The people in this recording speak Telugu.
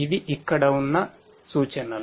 ఇవి అక్కడ ఉన్న సూచనలు